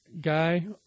guy